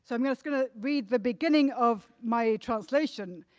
so i'm just going to read the beginning of my translation,